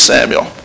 Samuel